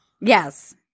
Yes